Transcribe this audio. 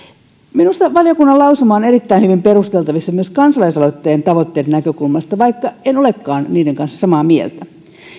minusta valiokunnan lausuma on erittäin hyvin perusteltavissa myös kansalaisaloitteen tavoitteiden näkökulmasta vaikka en olekaan niiden kanssa samaa mieltä